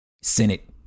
senate